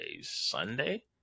Sunday